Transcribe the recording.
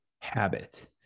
habit –